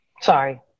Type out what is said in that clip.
Sorry